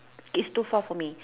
is too far for me